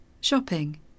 Shopping